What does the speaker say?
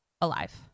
alive